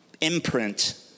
imprint